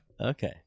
Okay